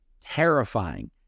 terrifying